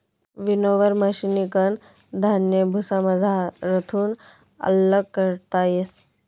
winnower मशिनकन धान्य भुसामझारथून आल्लग करता येस